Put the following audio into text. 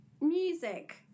music